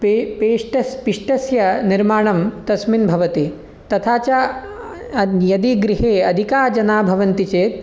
pay पेष्ट पिष्टस्य निर्माणं तस्मिन् भवति तथा च यदि गृहे अधिकाः जनाः भवन्ति चेत्